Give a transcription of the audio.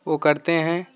वह करते हैं